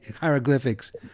hieroglyphics